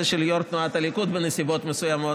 של יו"ר תנועת הליכוד בנסיבות מסוימות,